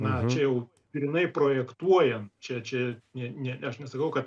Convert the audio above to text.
na čia jau grynai projektuojant čia čia ne ne aš nesakau kad